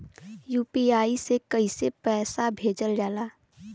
UPI से कइसे पैसा भेजल जाला?